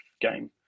game